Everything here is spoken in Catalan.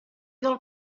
del